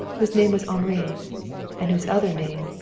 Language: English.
whose name was henri and whose other name,